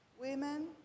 women